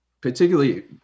particularly